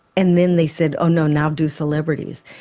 and then they said oh no, now do celebrities.